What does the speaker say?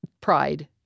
pride